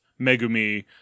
Megumi